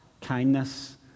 kindness